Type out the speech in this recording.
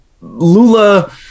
Lula